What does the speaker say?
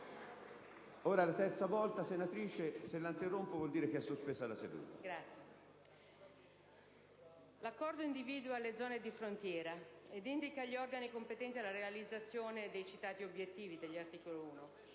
L'Accordo individua le zone di frontiera ed indica gli organi competenti alla realizzazione dei citati obiettivi dell'articolo 1.